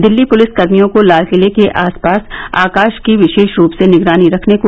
Delhi police कर्मियों को लाल किले के आसपास आकाश की विशेष रूप से निगरानी रखने को कहा गया है